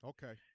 Okay